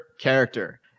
character